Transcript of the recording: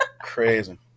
Crazy